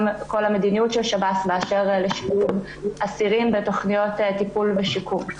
כל המדיניות של שב"ס באשר להשתתפות אסירים בתוכניות טיפול ושיקום.